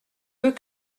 veut